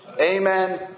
Amen